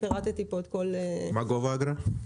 ופירטתי פה את כל --- מה גובה האגרה?